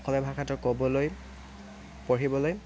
অসমীয়া ভাষাটো ক'বলৈ পঢ়িবলৈ